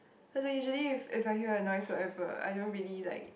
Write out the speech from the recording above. cause like usually if if I hear a noise whatever I don't really like